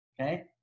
Okay